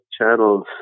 channels